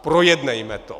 Projednejme to!